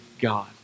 God